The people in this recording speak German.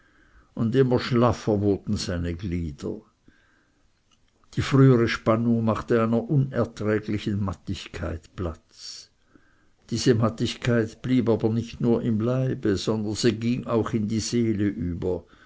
und immer schlaffer wurden seine glieder die frühere spannung machte einer unerträglichen mattigkeit platz diese mattigkeit blieb aber nicht nur im leibe sondern sie ging auch in die seele über